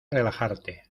relajarte